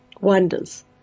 wonders